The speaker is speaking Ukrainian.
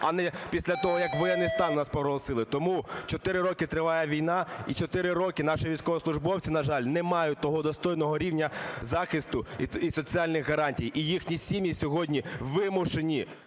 а не після того, як воєнний стан у нас проголосили. Тому 4 роки триває війна і 4 роки наші військовослужбовці, на жаль, не мають того достойного рівня захисту і соціальних гарантій. І їхні сім'ї сьогодні вимушені